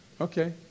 Okay